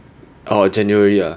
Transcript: orh january ah